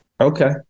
Okay